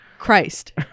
Christ